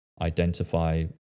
identify